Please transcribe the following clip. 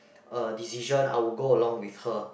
a decision I will go along with her